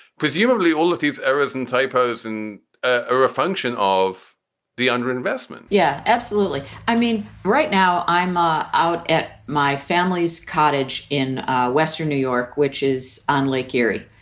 presumably all of these errors and typos and ah are a function of the underinvestment yeah, absolutely. i mean, right now, i'm ah out at my family's cottage in western new york, which is on lake erie.